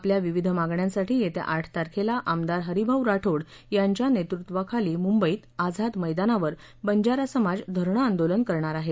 आपल्या विविध मागण्यासाठी येत्या आठ तारखेला आमदार हरिभाऊ राठोड यांच्या नेतृत्वाखाली मुंबईत आझाद मैदानावर बंजारा समाज धरणं आंदोलन करणार आहे